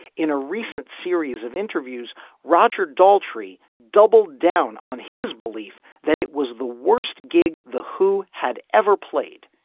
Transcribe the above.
in a recent series of interviews roger daltrey doubled down on his belief that it was the worst gig the who had ever played.